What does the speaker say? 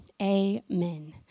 amen